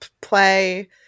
play